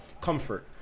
Comfort